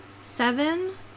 Seven